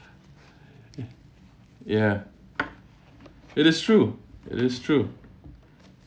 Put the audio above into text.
ya ya it is true it is true